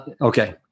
Okay